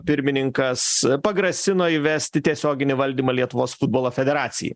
pirmininkas pagrasino įvesti tiesioginį valdymą lietuvos futbolo federacijai